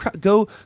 Go